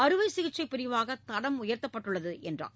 அறுவை சிகிச்சை பிரிவாக தரம் உயர்த்தப்பட்டுள்ளது என்றார்